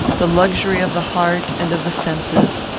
the luxury of the heart and of the senses,